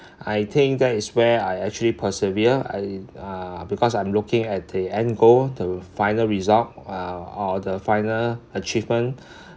I think that is where I actually persevere I uh because I'm looking at the end goal the final result uh or the final achievement